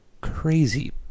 crazy